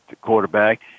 quarterback